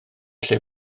lle